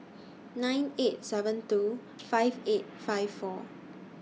nine five seven two five eight five four